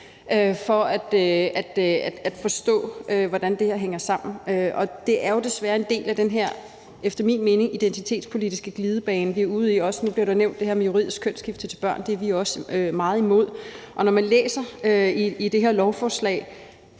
for at forstå, hvordan det her hænger sammen. Og det er jo desværre en del af den her, efter min mening, identitetspolitiske glidebane, vi er ude på. Nu bliver der nævnt det her med juridisk kønsskiftet til børn, det er vi også meget imod. Og når man læser i det her lovforslag,